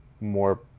more